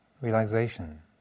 realization